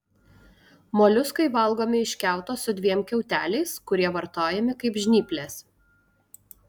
moliuskai valgomi iš kiauto su dviem kiauteliais kurie vartojami kaip žnyplės